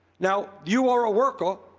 now you are a worker,